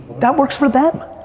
that works for them,